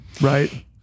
right